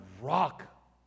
rock